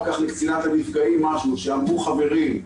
כך לקצינת הנפגעים משהו שאמרו חברים,